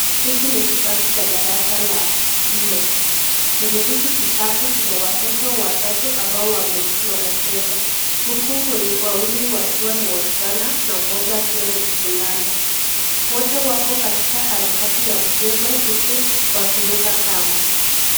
Hiki ni kitabu cha darasa la nne, kwenye hiki kitabu kuna watoto watatu ambao wanacheza, huku wawili wakiwa ni wasichana na mmoja akiwa ni mvulana. Wote wako katika harakati ya mchezo huku wakiruka kamba.